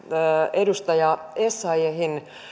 edustaja essayahin